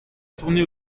tourner